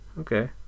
Okay